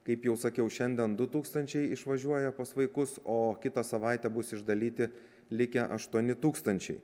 kaip jau sakiau šiandien du tūkstančiai išvažiuoja pas vaikus o kitą savaitę bus išdalyti likę aštuoni tūkstančiai